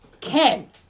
Ken